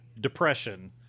depression